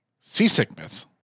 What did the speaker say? seasickness